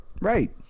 right